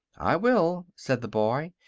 i will, said the boy,